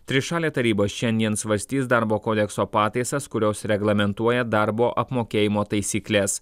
trišalė taryba šiandien svarstys darbo kodekso pataisas kurios reglamentuoja darbo apmokėjimo taisykles